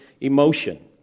emotion